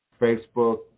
Facebook